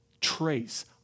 trace